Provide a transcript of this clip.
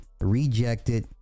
rejected